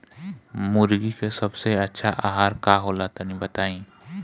मुर्गी के सबसे अच्छा आहार का होला तनी बताई?